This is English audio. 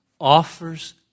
offers